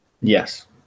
Yes